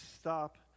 stop